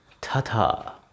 Ta-ta